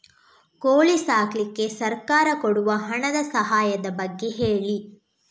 ಕೋಳಿ ಸಾಕ್ಲಿಕ್ಕೆ ಸರ್ಕಾರ ಕೊಡುವ ಹಣದ ಸಹಾಯದ ಬಗ್ಗೆ ಹೇಳಿ